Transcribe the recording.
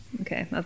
Okay